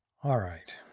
all right,